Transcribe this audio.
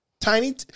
Tiny